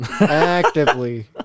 actively